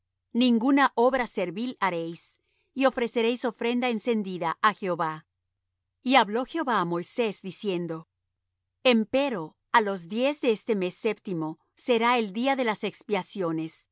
ninguna obra servil haréis y ofreceréis ofrenda encendida á jehová y habló jehová á moisés diciendo empero á los diez de este mes séptimo será el día de las expiaciones